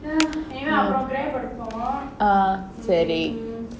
mm uh சரி:sari